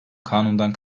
kanundan